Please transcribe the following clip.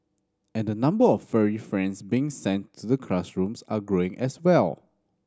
and the number of furry friends being sent to the classrooms are growing as well